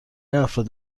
افراد